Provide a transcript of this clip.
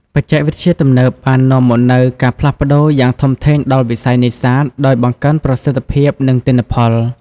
បច្ចេកវិទ្យាទំនើបបាននាំមកនូវការផ្លាស់ប្តូរយ៉ាងធំធេងដល់វិស័យនេសាទ ដោយបង្កើនប្រសិទ្ធភាព និងទិន្នផល។